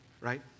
right